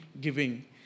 giving